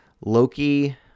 loki